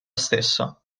stessa